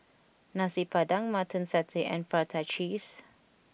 Nasi Padang Mutton Satay and Prata Cheese